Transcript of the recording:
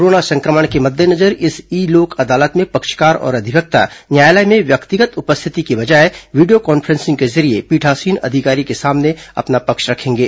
corona सं क्र मण के मद्देनजर इस ई लोक अदालत में पक्षकार और अधिवक्ता न्यायालय में व्यक्तिगत उपस्थिति की बजाय video conferencing जरिये पीठासीन अधिकारी के सामने अपना पक्ष रखेंगे